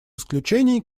исключений